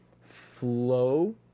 flow